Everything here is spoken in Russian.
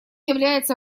является